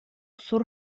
sur